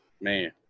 man